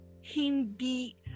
Hindi